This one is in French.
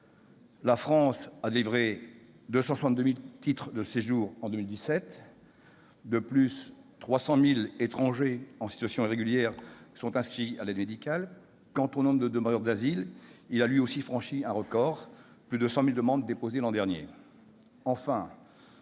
pays a délivré 262 000 titres de séjour en 2017 ; plus de 300 000 étrangers en situation irrégulière sont inscrits à l'aide médicale de l'État. Quant au nombre de demandeurs d'asile, il a lui aussi franchi un record, avec plus de 100 000 demandes déposées l'an dernier.